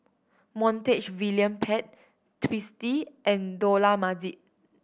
Montague William Pett Twisstii and Dollah Majid